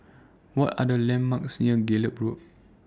What Are The landmarks near Gallop Road